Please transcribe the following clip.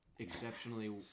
exceptionally